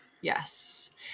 Yes